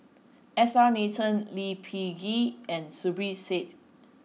S R Nathan Lee Peh Gee and Zubir Said